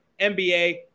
NBA